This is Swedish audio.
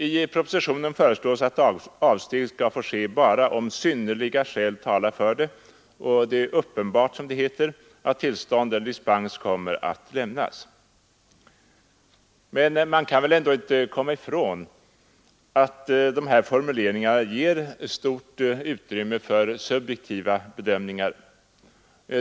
I propositionen föreslås att avsteg skall få ske bara om synnerliga skäl talar för det och det är uppenbart, som det heter, att tillstånd eller dispens kommer att lämnas. Man kan väl inte komma ifrån att dessa formuleringar ger stort utrymme för subjektiva bedömningar.